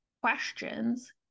questions